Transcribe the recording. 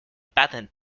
patent